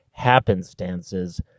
happenstances